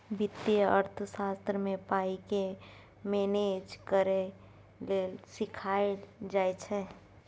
बित्तीय अर्थशास्त्र मे पाइ केँ मेनेज करय लेल सीखाएल जाइ छै